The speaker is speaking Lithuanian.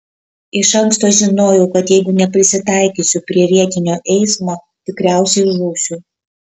iš anksto žinojau kad jeigu neprisitaikysiu prie vietinio eismo tikriausiai žūsiu